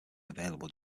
available